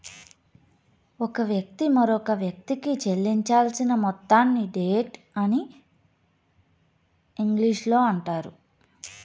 ఒక వ్యక్తి మరొకవ్యక్తికి చెల్లించాల్సిన మొత్తాన్ని డెట్ అని ఇంగ్లీషులో అంటారు